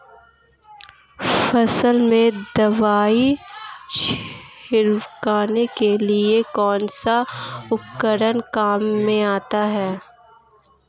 फसल में दवाई छिड़काव के लिए कौनसा उपकरण काम में आता है?